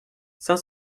cinq